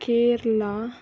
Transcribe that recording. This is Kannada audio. ಕೇರಳ